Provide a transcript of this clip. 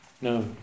No